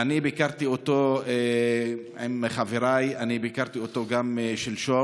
ביקרתי אותו עם חבריי גם שלשום.